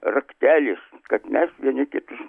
raktelis kad mes vieni kitus